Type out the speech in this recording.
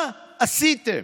מה עשיתם?